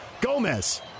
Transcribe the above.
Gomez